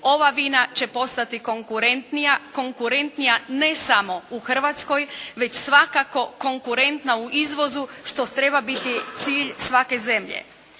ova vina će postati konkurentnija, konkurentnija ne samo u Hrvatskoj već svakako konkurentna u izvozu što treba biti cilj svake zemlje.